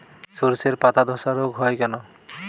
শর্ষের পাতাধসা রোগ হয় কেন?